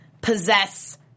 possess